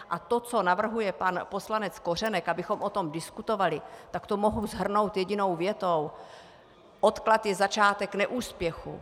A to, co navrhuje pan poslanec Kořenek, abychom o tom diskutovali, mohu shrnout jedinou větou: odklad je začátek neúspěchu.